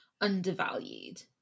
undervalued